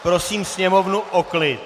Prosím sněmovnu o klid!